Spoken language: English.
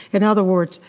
in other words,